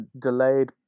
delayed